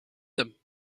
them